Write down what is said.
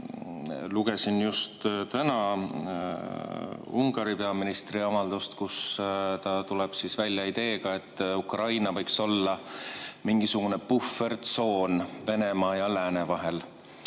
Lugesin just täna Ungari peaministri avaldust, kus ta tuleb välja ideega, et Ukraina võiks olla mingisugune puhvertsoon Venemaa ja lääne vahel.